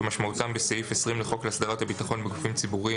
כמשמעותם בסעיף 20 לחוק להסדרת הביטחון בגופים ציבוריים,